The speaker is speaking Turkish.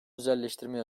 özelleştirmeye